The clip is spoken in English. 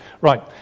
Right